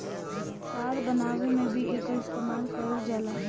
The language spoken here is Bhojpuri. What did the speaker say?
तार बनावे में भी एकर इस्तमाल कईल जाला